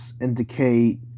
indicate